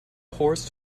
horse